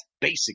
basic